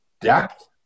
depth